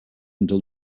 until